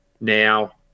now